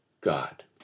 God